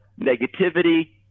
negativity